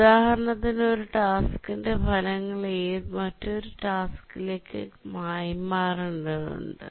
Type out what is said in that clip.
ഉദാഹരണത്തിന് ഒരു ടാസ്ക്കിന്റെ ഫലങ്ങൾ മറ്റൊരു ടാസ്ക്കിലേക്ക് കൈമാറേണ്ടതുണ്ട്